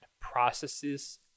processes